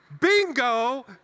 bingo